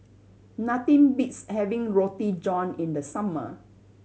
nothing beats having Roti John in the summer